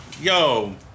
Yo